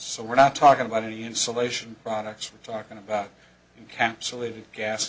so we're not talking about any insulation products we're talking about